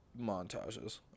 montages